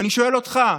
ואני שואל אותך,